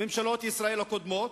ממשלות ישראל הקודמות,